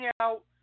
out